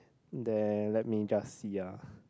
then let me just see ah